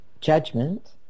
judgment